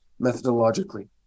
methodologically